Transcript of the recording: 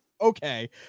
okay